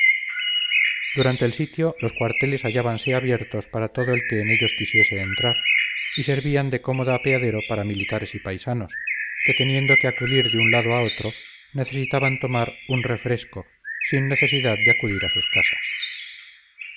durante el sitio los cuarteles hallábanse abiertos para todo el que en ellos quisiese entrar y servían de cómodo apeadero para militares y paisanos que teniendo que acudir de un lado a otro necesitaban tomar un refresco sin necesidad de acudir a sus casas